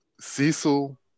Cecil